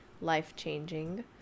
life-changing